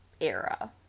era